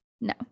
No